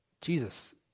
Jesus